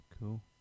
Cool